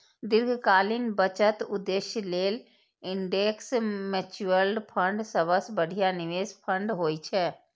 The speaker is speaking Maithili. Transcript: दीर्घकालीन बचत उद्देश्य लेल इंडेक्स म्यूचुअल फंड सबसं बढ़िया निवेश फंड होइ छै